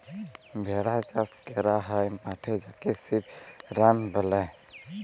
ভেড়া চাস ক্যরা হ্যয় মাঠে যাকে সিপ রাঞ্চ ব্যলে